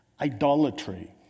Idolatry